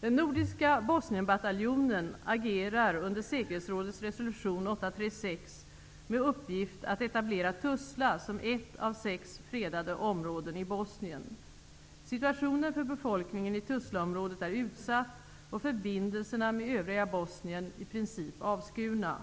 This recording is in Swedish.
Den nordiska Bosnienbataljonen agerar under säkerhetsrådets resolution 836 med uppgift att etablera Tuzla som ett av sex fredade områden i Tuzlaområdet är utsatt, och förbindelserna med övriga Bosnien är i princip avskurna.